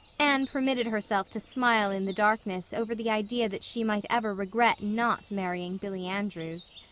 anne permitted herself to smile in the darkness over the idea that she might ever regret not marrying billy andrews.